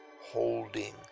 holding